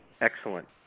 Excellent